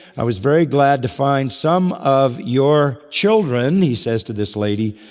i was very glad to find some of your children, he says to this lady,